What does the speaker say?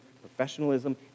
professionalism